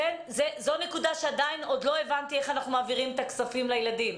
זאת נקודה שעדיין לא הבנתי איך אנחנו מעבירים את הכספים לילדים.